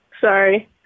sorry